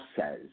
says